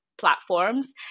platforms